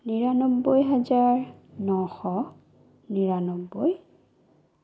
নিৰান্নব্বৈ হাজাৰ নশ নিৰান্নব্বৈ